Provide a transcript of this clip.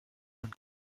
und